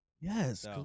Yes